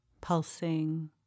pulsing